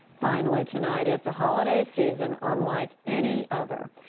finally, tonight it's a holiday season unlike any other.